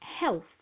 health